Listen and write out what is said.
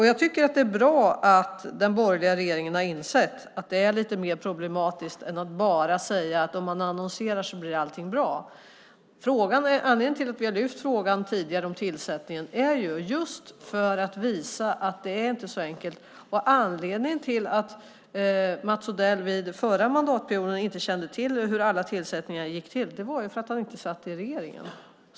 Jag tycker att det är bra att den borgerliga regeringen har insett att det är lite mer problematiskt än att bara säga att om man annonserar blir allting bra. Anledningen till att vi har lyft upp frågan om tillsättningen tidigare är just att visa att det inte är så enkelt, och anledningen till att Mats Odell under förra mandatperioden inte kände till hur alla tillsättningar gick till var för att han inte satt i regeringen.